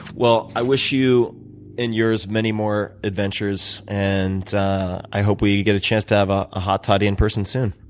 well, i wish you and yours many more adventures, and i hope we get a chance to have ah a hot toddy in person soon.